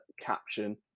caption